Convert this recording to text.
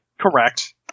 Correct